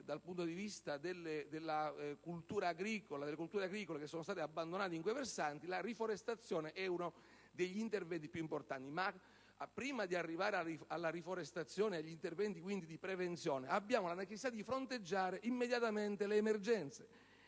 dal punto di vista delle colture agricole, visto che sono state abbandonate, la riforestazione è uno degli interventi più importanti. Ma prima di arrivare alla riforestazione e agli interventi di prevenzione, abbiamo la necessità di fronteggiare immediatamente le emergenze.